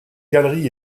galeries